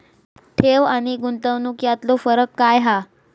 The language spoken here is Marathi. ठेव आनी गुंतवणूक यातलो फरक काय हा?